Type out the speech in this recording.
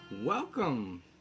Welcome